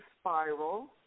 spiral